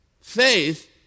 Faith